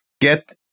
get